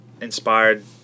inspired